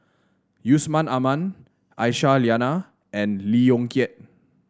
Yusman Aman Aisyah Lyana and Lee Yong Kiat